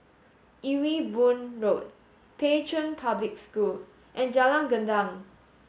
Ewe Boon Road Pei Chun Public School and Jalan Gendang